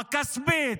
הכספית,